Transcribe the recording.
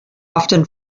often